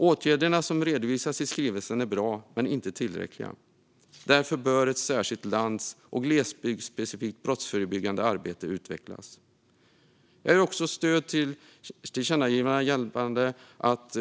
Åtgärderna som redovisas i skrivelsen är bra, men inte tillräckliga. Därför bör ett särskilt lands och glesbygdsspecifikt brottsförebyggande arbete utvecklas. Jag ger också stöd till tillkännagivandet gällande att